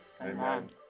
Amen